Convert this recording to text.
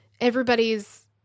everybody's